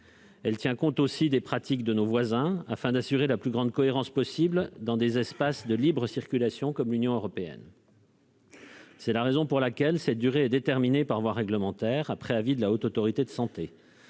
Elle tient compte aussi des pratiques de nos voisins, afin d'assurer la plus grande cohérence possible dans des espaces de libre-circulation comme l'Union européenne. C'est la raison pour laquelle cette durée déterminée par voie réglementaire, après avis de la Haute autorité de santé